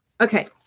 Okay